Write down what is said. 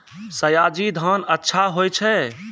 सयाजी धान अच्छा होय छै?